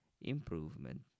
improvement